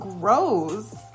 gross